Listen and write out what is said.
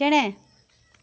ᱪᱮᱬᱮ